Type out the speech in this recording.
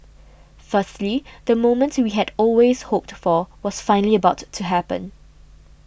firstly the moment we had always hoped for was finally about to happen